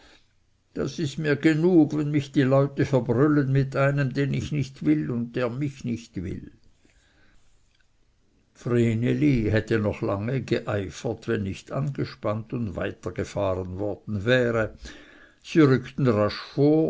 das ist mir genug wenn mich die leute verbrüllen mit einem den ich nicht will und der mich nicht will vreneli hätte noch lange geeifert wenn nicht angespannt und weitergefahren worden wäre sie rückten rasch vor